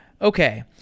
Okay